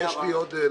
יש לי עוד נושא,